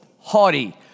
haughty